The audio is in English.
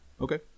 Okay